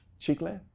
chiclet?